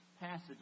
passage